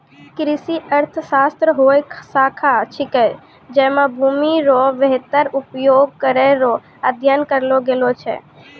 कृषि अर्थशास्त्र हौ शाखा छिकै जैमे भूमि रो वेहतर उपयोग करै रो अध्ययन करलो गेलो छै